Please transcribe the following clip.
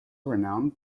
renowned